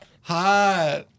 Hot